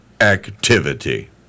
activity